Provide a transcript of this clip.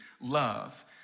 love